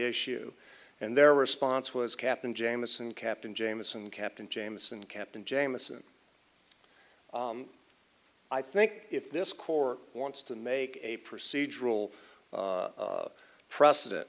issue and their response was captain jamieson captain jamieson captain james and captain jamison i think if this corps wants to make a procedural precedent